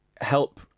help